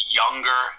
younger